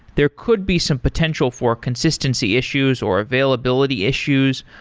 there could be some potential for consistency issues or availability issues.